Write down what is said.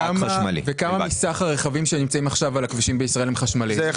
כמה מסך הרכבים שנמצאים עכשיו על הכבישים בישראל הם חשמלי.